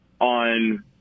on